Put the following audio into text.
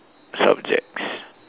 subjects